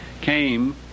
came